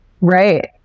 Right